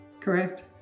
Correct